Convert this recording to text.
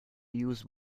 use